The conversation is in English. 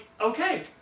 Okay